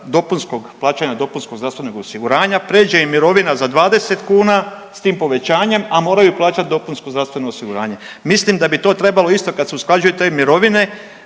dopunskog, plaćanja dopunskog zdravstvenog osiguranja pređe im mirovina za 20 kuna, s tim povećanjem, a moraju plaćati dopunsko zdravstveno osiguranje. Mislim da bi to trebalo isto, kad se usklađuju te mirovine